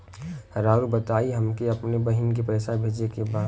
राउर बताई हमके अपने बहिन के पैसा भेजे के बा?